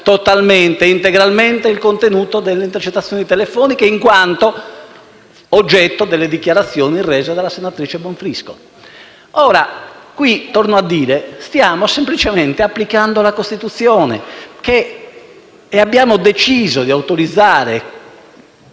in mano integralmente il contenuto delle intercettazioni telefoniche in quanto oggetto delle dichiarazioni rese dalla senatrice Bonfrisco. Torno a dire che qui stiamo semplicemente applicando la Costituzione e abbiamo deciso di autorizzare